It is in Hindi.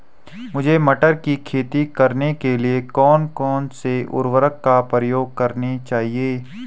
मुझे मटर की खेती करने के लिए कौन कौन से उर्वरक का प्रयोग करने चाहिए?